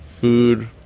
food